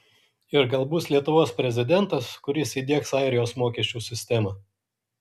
ir gal bus lietuvos prezidentas kuris įdiegs airijos mokesčių sistemą